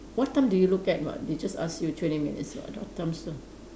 what time do you look at [what] they just ask you twenty minutes [what] the time slot